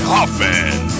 Hoffman